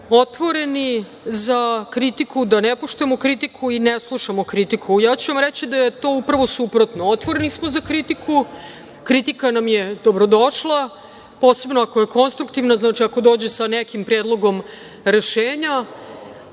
otvoreni za kritiku, da ne poštujemo kritiku i ne slušamo kritiku. Ja ću vam reći da je to upravo suprotno, otvoreni smo za kritiku, kritika nam je dobrodošla, posebno ako je konstruktivna, ako dođe sa nekim predlogom rešenja. Ono